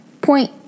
point